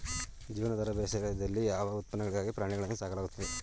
ಜೀವನಾಧಾರ ಬೇಸಾಯದಲ್ಲಿ ಯಾವ ಉತ್ಪನ್ನಗಳಿಗಾಗಿ ಪ್ರಾಣಿಗಳನ್ನು ಸಾಕಲಾಗುತ್ತದೆ?